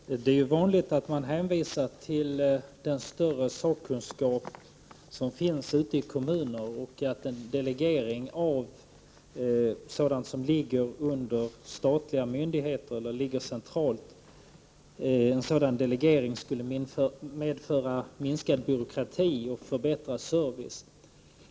Herr talman! Det är vanligt att man hänvisar till den större sakkunskap som finns ute i kommuner och menar att en delegering av ärenden som behandlas centralt av statliga myndigheter skulle medföra minskad byråkrati och förbättrad service.